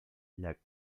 llac